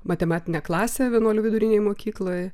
matematinę klasę vienuolio vidurinėj mokykloj